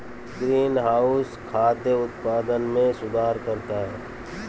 greenhouse खाद्य उत्पादन में सुधार करता है